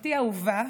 משפחתי האהובה